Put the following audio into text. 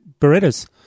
Berettas